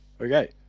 Okay